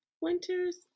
winters